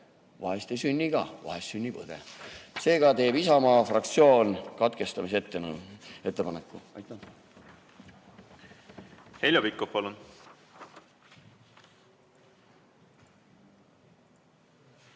Vahest ei sünni ka, vahest sünnib õde. Seega teeb Isamaa fraktsioon katkestamise